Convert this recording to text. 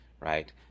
right